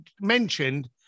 mentioned